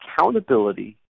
accountability